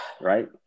right